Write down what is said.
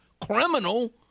criminal